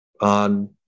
on